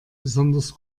besonders